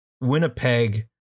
Winnipeg